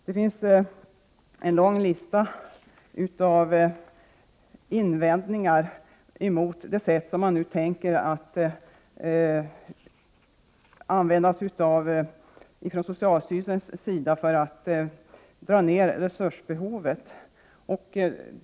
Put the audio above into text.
Det finns många invändningar mot den metod som man nu tänker använda sig av från socialstyrelsens sida för att minska resursbehovet.